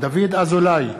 דוד אזולאי,